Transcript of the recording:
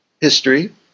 history